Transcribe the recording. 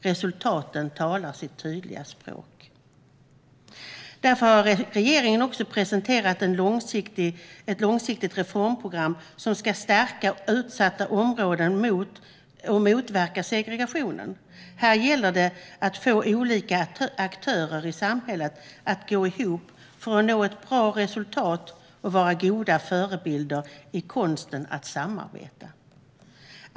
Resultaten talar sitt tydliga språk. Därför har regeringen också presenterat ett långsiktigt reformprogram som ska stärka utsatta områden och motverka segregation. Här gäller det att få olika aktörer i samhället att gå ihop för att nå ett bra resultat och vara goda förebilder i konsten att samarbeta.